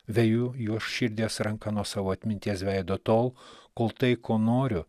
vejų jo širdies ranka nuo savo atminties veido tol kol tai ko noriu